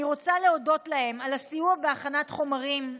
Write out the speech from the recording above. אני רוצה להודות להם על הסיוע בהכנת חומרים,